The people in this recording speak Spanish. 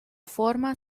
forma